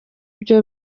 byo